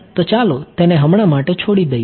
તો ચાલો તેને હમણાં માટે છોડી દઈએ